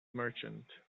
merchant